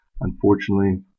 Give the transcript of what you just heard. Unfortunately